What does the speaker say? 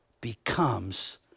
becomes